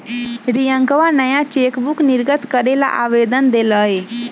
रियंकवा नया चेकबुक निर्गत करे ला आवेदन देलय